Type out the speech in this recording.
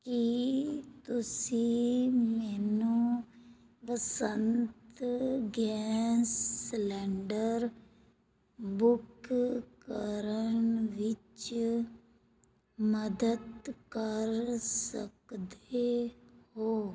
ਕੀ ਤੁਸੀਂ ਮੈਨੂੰ Vasant gas cylinder book ਕਰਨ ਵਿੱਚ ਮਦਦ ਕਰ ਸਕਦੇ ਹੋ